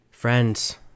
Friends